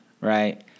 right